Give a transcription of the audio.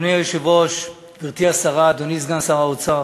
אדוני היושב-ראש, גברתי השרה, אדוני סגן שר האוצר,